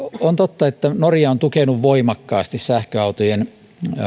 on totta että norja on tukenut voimakkaasti sähköautojen